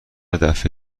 دفه